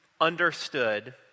understood